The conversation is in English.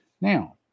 Now